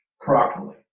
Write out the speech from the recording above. properly